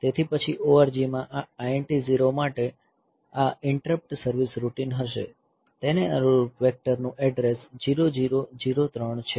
તેથી પછી ORG માં આ INT 0 માટે આ ઇન્ટરપ્ટ સર્વિસ રૂટિન હશે તેને અનુરૂપ વેક્ટર નું એડ્રેસ 0003 H છે